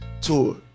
tour